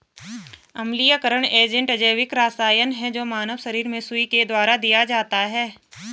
अम्लीयकरण एजेंट अजैविक रसायन है जो मानव शरीर में सुई के द्वारा दिया जाता है